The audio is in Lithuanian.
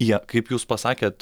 jie kaip jūs pasakėt